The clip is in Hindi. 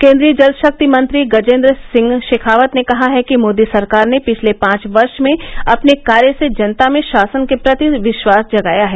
केन्द्रीय जलशक्ति मंत्री गजेन्द्र सिंह शेखावत ने कहा है कि मोदी सरकार ने पिछले पांच वर्ष में अपने कार्य से जनता में शासन के प्रति विश्वास जगाया है